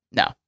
no